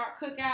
cookout